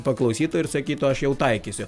paklausytų ir sakytų aš jau taikysiu